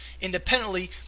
independently